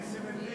נסים,